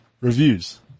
reviews